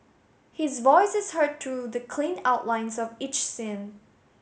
his voice is heard through the clean outlines of each scene